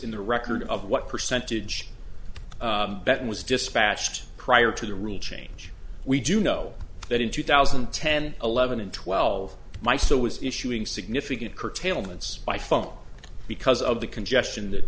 in the record of what percentage that was dispatched prior to the rule change we do know that in two thousand and ten eleven and twelve my so was issuing significant curtailments by phone because of the congestion that